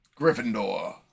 Gryffindor